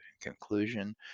conclusion